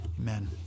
Amen